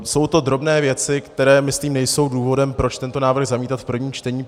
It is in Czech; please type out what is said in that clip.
Jsou to drobné věci, které, myslím, nejsou důvodem, proč tento návrh zamítat v prvním čtení.